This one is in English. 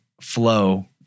flow